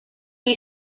you